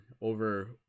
over